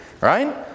Right